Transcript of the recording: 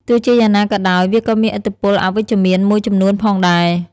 ទោះជាយ៉ាងណាក៏ដោយ វាក៏មានឥទ្ធិពលអវិជ្ជមានមួយចំនួនផងដែរ។